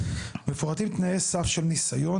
״מפורטים תנאי סף של ניסיון,